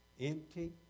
empty